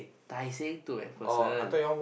Tai-Seng to MacPherson